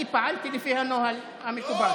אני פעלתי לפי הנוהל המקובל.